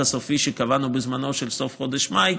הסופי שקבענו בזמנו של סוף חודש מאי,